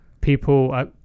people